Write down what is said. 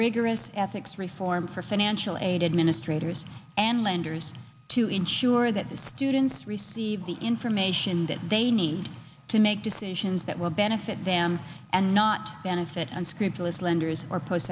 rigorous ethics reform for financial aid administrators and lenders to ensure that the students receive the information that they need to make decisions that will benefit them and not benefit unscrupulous lenders or post